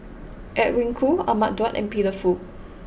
Edwin Koo Ahmad Daud and Peter Fu